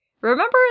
remember